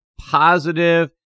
positive